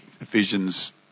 Ephesians